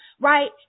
right